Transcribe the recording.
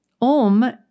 OM